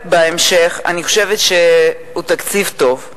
בהמשך, אני חושבת שהוא תקציב טוב.